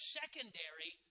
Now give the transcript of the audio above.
secondary